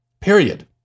Period